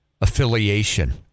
affiliation